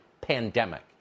pandemic